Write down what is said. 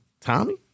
Tommy